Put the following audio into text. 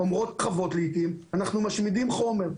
אומרות חוות לעיתים, אנחנו משמידות חומר.